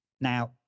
now